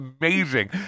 amazing